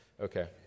Okay